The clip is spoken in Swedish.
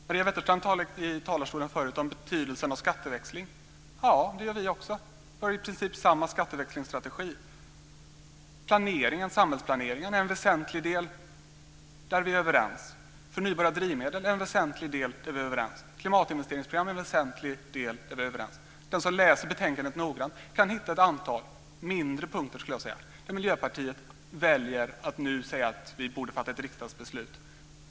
Maria Wetterstrand talade förut här i talarstolen om betydelsen av skatteväxling. Det gör vi också. Vi har i princip samma skatteväxlingsstrategi. Samhällsplaneringen är en väsentlig del. Där är vi överens. Förnybara drivmedel är också en väsentlig del. Där är vi överens. Vidare är detta med klimatinvesteringsprogram en väsentlig del. Där är vi överens. Den som läser betänkandet noga kan hitta ett antal, skulle jag vilja säga, mindre punkter där Miljöpartiet väljer att nu säga att vi borde fatta beslut här i riksdagen.